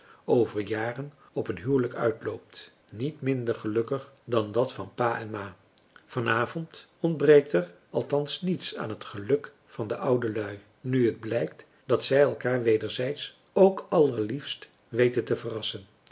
over jaren op een huwelijk uitloopt niet minder gelukkig dan dat van pa en ma vanàvond ontbreekt er althans niets aan het geluk van de oudelui nu het blijkt dat zij elkaar wederzijds ook allerliefst weten te verrassen